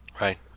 Right